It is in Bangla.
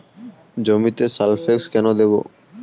জমিতে সালফেক্স কেন দেবো?